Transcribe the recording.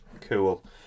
Cool